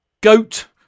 goat